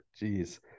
Jeez